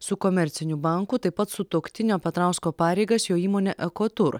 su komerciniu banku taip pat sutuoktinio petrausko pareigas jo įmonė ekotur